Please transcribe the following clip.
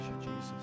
Jesus